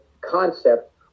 concept